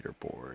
leaderboard